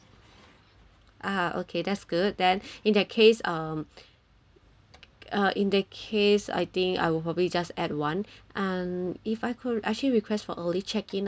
ah okay that's good then in that case um uh in the case I think I will probably just add one and if I could actually request for early check in or early check out